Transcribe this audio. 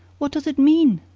what does it mean?